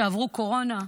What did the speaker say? שעברו קורונה,